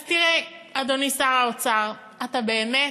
אז תראה, אדוני שר האוצר, אתה, באמת,